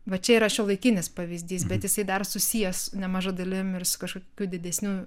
va čia yra šiuolaikinis pavyzdys bet jisai dar susijęs nemaža dalim ir su kažkokiu didesniu